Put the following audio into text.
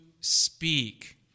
speak